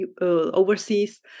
overseas